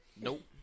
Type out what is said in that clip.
Nope